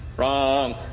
Wrong